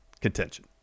contention